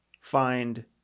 find